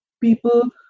people